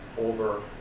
over